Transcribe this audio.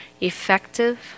effective